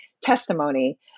testimony